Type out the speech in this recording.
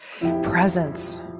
presence